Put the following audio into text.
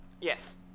Yes